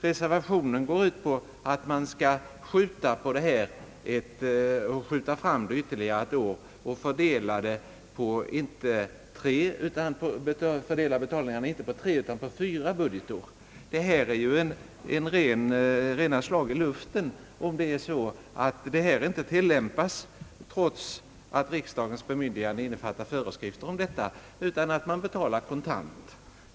Reservationen går ut på att man skall skjuta fram betalningarna ytterligare ett år och fördela dem på inte tre utan på fyra budgetår. Detta är ju ett slag i luften om föreskrifterna i riksdagens bemyndigande inte tillämpas, utan man betalar kontant.